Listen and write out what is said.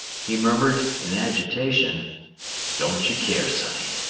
he murmured, in agitation don't ye care, sonny!